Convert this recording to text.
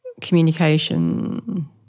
communication